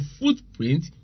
footprint